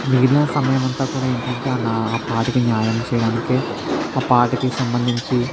మిగిలిన సమయము అంతా కూడా ఏంటి అంటే నా ఆ పాటకి న్యాయం చేయడానికే ఆ పాటకి సంబంధించి